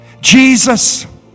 Jesus